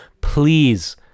please